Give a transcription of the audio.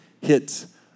hits